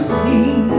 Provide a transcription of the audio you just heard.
see